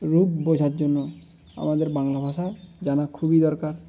রূপ বোঝার জন্য আমাদের বাংলা ভাষা জানা খুবই দরকার